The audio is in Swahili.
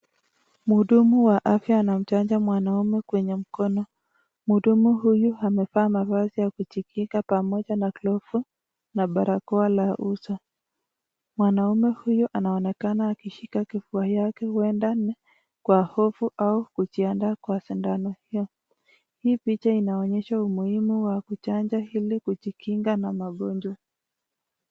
Mhudumu wa afya anamchachanja mwanaume kwenye mkono. Mhudumu huyu amevaa mavazi ya kujikinga pamoja na glavu na barakoa la uso. Mwanaume huyu anaonekana akishika kifua yake huenda ni kwa hofu au ni kujiandaa kwa sindano hiyo. Hii picha inaonesha umuhimu wa kujichanja ili kujikinga na magonjwa.